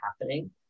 happening